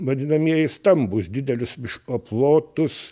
vadinamieji stambūs didelius miško plotus